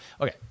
okay